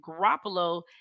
Garoppolo